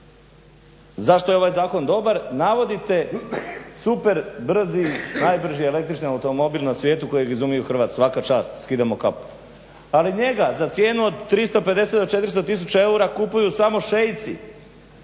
zašto je ovaj zakon dobar navodite super brzi najbrži električni automobil na svijetu kojeg je izumio Hrvat. Svaka čast, skidamo kapu. Ali njega za cijenu od 350 do 400000 eura kupuju samo šeici